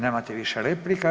Nemate više replika.